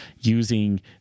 using